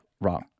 wrong